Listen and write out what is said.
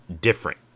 different